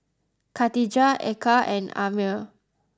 Katijah Eka and Ammir